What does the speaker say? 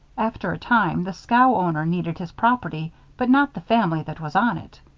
after a time, the scow-owner needed his property but not the family that was on it.